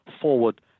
forward